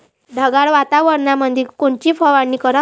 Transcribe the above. ढगाळ वातावरणामंदी कोनची फवारनी कराव?